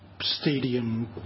stadium